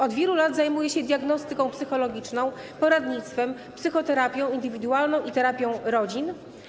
Od wielu lat zajmuje się diagnostyką psychologiczną, poradnictwem, psychoterapią indywidualną i terapią rodzin.